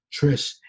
Trish